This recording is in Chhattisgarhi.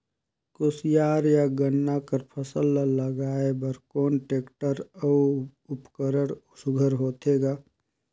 कोशियार या गन्ना कर फसल ल लगाय बर कोन टेक्टर अउ उपकरण सुघ्घर होथे ग?